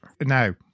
Now